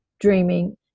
dreaming